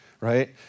right